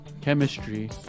chemistry